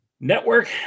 Network